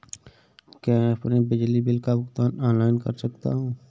क्या मैं अपने बिजली बिल का भुगतान ऑनलाइन कर सकता हूँ?